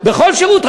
בכל שירות.